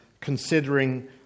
considering